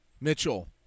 Mitchell